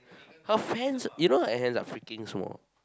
her hands you know her hands are freaking small